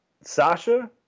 Sasha